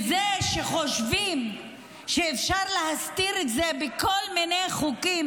זה שחושבים שאפשר להסתיר את זה בכל מיני חוקים